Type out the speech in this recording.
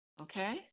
Okay